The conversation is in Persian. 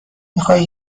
میخوای